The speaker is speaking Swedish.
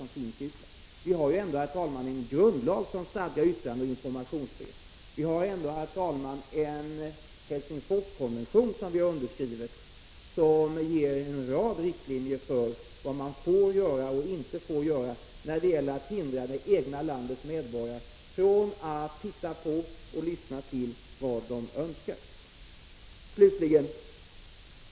Vi har ändå, herr talman, en grundlag som stadgar yttrandeoch informationsfrihet. Dessutom har vi från svensk sida varit med om att skriva under Helsingforskonventionen, som ger en rad riktlinjer för vad man får och inte får göra när det gäller att hindra det egna landets medborgare från att titta på och lyssna till vad de önskar. Slutligen.